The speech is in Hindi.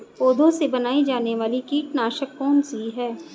पौधों से बनाई जाने वाली कीटनाशक कौन सी है?